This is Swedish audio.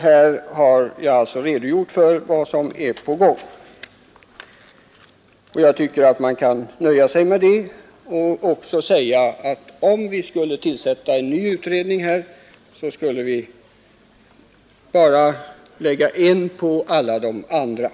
Jag har redogjort för vad som är på gång, och jag tycker att man kan nöja sig med det. Om vi skulle tillsätta en ny utredning, skulle vi ju bara lägga ännu en på alla de andra.